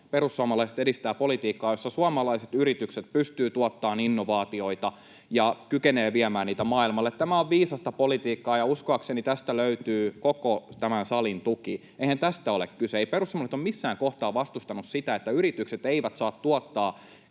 perussuomalaiset edistää politiikkaa, jossa suomalaiset yritykset pystyvät tuottamaan innovaatioita ja kykenevät viemään niitä maailmalle. Tämä on viisasta politiikkaa, ja uskoakseni tälle löytyy koko tämän salin tuki. Eihän tästä ole kyse, ei perussuomalaiset ole missään kohtaa vastustanut sitä, että yritykset eivät saisi tuottaa